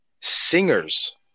singers